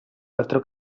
patró